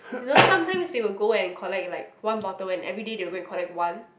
you know sometimes they will go and collect like one bottle and everyday they will go and collect one